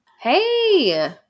Hey